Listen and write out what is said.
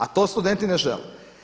A to studenti ne žele.